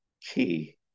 key